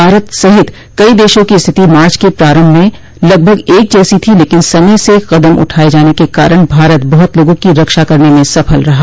भारत सहित कई दशों की स्थिति मार्च के प्रारम्भ में लगभग एक जैसी थी लेकिन समय से कदम उठाये जाने के कारण भारत बहुत लोगों की रक्षा करने में सफल रहा